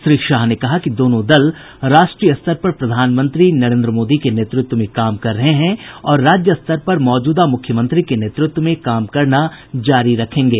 श्री शाह ने कहा कि दोनों दल राष्ट्रीय स्तर पर प्रधानमंत्री नरेन्द्र मोदी के नेतृत्व में काम कर रहे हैं और राज्य स्तर पर मौजूदा मुख्यमंत्री के नेतृत्व में काम करना जारी रखेंगे